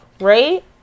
Right